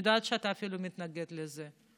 אני יודעת שאתה אפילו מתנגד לזה.